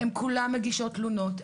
הן כולן מגישות תלונות,